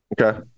Okay